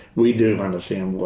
we do understand water.